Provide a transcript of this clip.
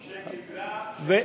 שקיבלה בנשיקות,